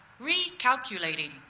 Recalculating